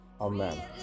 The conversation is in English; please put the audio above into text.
Amen